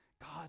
God